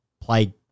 play